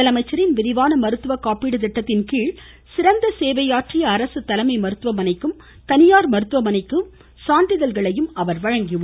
முதலமைச்சரின் விரிவான மருத்துவ காப்பீடு திட்டத்தின் கீழ் சிறந்த சேவையாற்றிய அரசு தலைமை மருத்துவமனைக்கும் தனியார் மருத்துவமனைக்கும் சான்றிதழ்களையும் அவர் வழங்கினார்